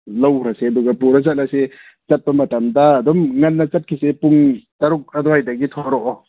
ꯂꯧꯒ꯭ꯔꯁꯦ ꯑꯗꯨꯒ ꯄꯨꯔ ꯆꯠꯂꯁꯤ ꯆꯠꯄ ꯃꯇꯝꯗ ꯑꯗꯨꯝ ꯉꯟꯅ ꯆꯠꯈꯤꯁꯤ ꯄꯨꯡ ꯇꯔꯨꯛ ꯑꯗꯥꯏꯗꯒꯤ ꯊꯣꯔꯛꯑꯣ